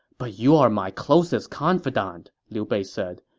but you are my closest confidant, liu bei said.